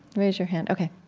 raise your hand. okay